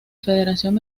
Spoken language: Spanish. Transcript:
federación